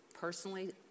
personally